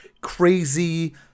crazy